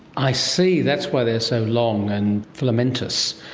i see, that's why they're so long and filamentous.